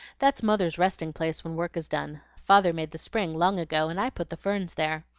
that's mother's resting-place when work is done. father made the spring long ago, and i put the ferns there.